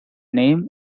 name